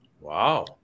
Wow